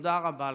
ותודה רבה לכם.